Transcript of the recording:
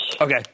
Okay